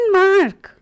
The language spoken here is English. mark